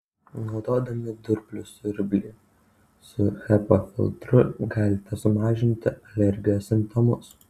naudodami dulkių siurblį su hepa filtru galite sumažinti alergijos simptomus